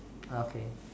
okay